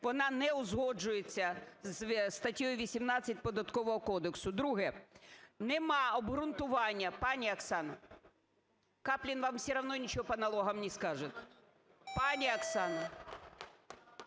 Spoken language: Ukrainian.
вона не узгоджується з статтею 18 Податкового кодексу. Друге. Нема обґрунтування. Пані Оксано, Каплін вам все равно ничего по налогам не скажет. Пані Оксано!